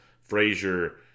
Frazier